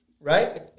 Right